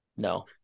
no